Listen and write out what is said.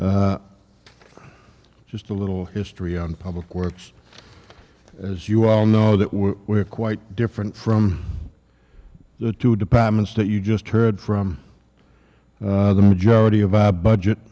it just a little history on public works as you all know that we're quite different from the two departments that you just heard from the majority of our budget